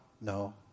no